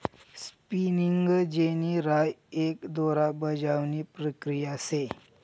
spinning jenny राय एक दोरा बजावणी प्रक्रिया शे